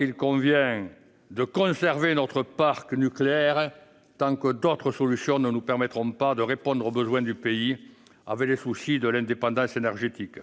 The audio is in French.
il convient, à mon sens, de conserver notre parc nucléaire tant que d'autres solutions ne nous permettront pas de répondre aux besoins du pays en toute indépendance énergétique.